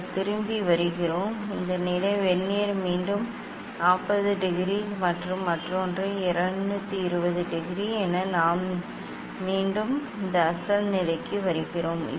நாங்கள் திரும்பி வருகிறோம் இந்த நிலை வெர்னியர் மீண்டும் 40 டிகிரி மற்றும் மற்றொன்று 220 டிகிரி என நாம் மீண்டும் இந்த அசல் நிலைக்கு வருகிறோம்